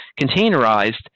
containerized